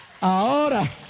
Ahora